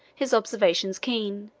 his observation keen